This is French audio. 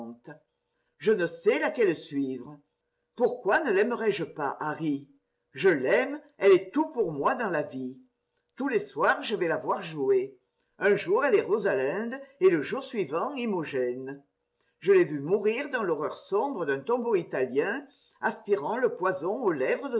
je ne sais laquelle suivre pourquoi ne laimerai je pas harryp je l'aime elle est tout pour moi dans la vie tous les soirs je vais la voir jouer un jour elle est rosalinde et le jour suivant imogène je l'ai vue mourir dans l'horreur sombre d'un tombeau italien aspirant le poison aux lèvres